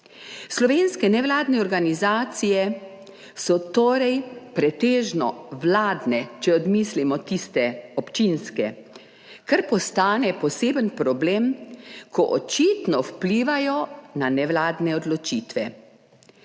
Slovenske nevladne organizacije so torej pretežno vladne če odmislimo tiste občinske kar postane poseben problem, ko očitno vplivajo na nevladne odločitve